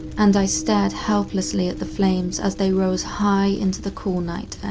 and i stared helplessly at the flames as they rose high into the cool night